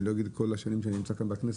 אני לא אגיד כל השנים שאני נמצא כאן בכנסת,